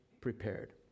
prepared